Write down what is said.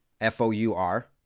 F-O-U-R